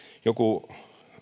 joku